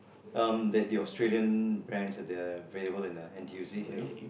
um there's the Australian brands that they are available in the N_T_U_C you know